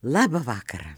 labą vakarą